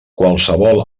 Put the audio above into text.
qualsevol